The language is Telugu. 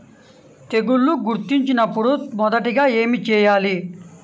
తెగుళ్లు గుర్తించినపుడు మొదటిగా ఏమి చేయాలి?